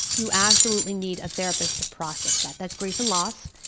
you absolutely need a therapist to process that. that's grief and loss,